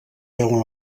veuen